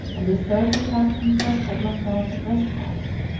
and the third to cast himself headlong down a precipice.